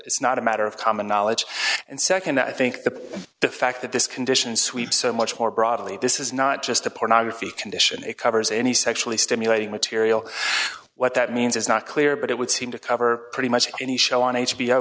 it's not a matter of common knowledge and nd i think the the fact that this condition sweeps so much more broadly this is not just a pornography condition it covers any sexually stimulating material what that means is not clear but it would seem to cover pretty much any show on h